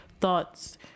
thoughts